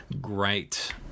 great